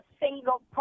single